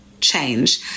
change